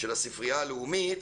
של הספרייה הלאומית,